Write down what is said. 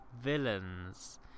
villains